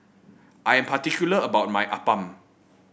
I am particular about my appam